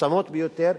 מצומצמות ביותר,